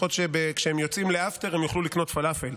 לפחות שכשהם יוצאים לאפטר הם יכלו לקנות פלאפל.